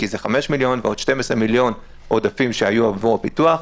כי זה 5 מיליון ועוד 12 מיליון עודפים שהיו עבור הפיתוח,